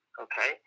Okay